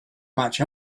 match